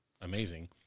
amazing